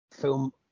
film